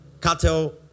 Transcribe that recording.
cattle